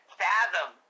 fathom